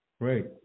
Great